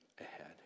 ahead